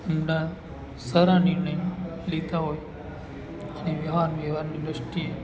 ઊંડા સારા નિર્ણયો લેતા હોય અને વાહનવ્યવહારની દૃષ્ટિએ